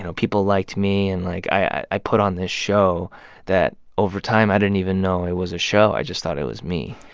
people liked me. and like, i i put on this show that, over time, i didn't even know it was a show i just thought it was me.